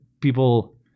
people